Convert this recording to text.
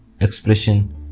expression